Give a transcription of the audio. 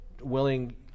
willing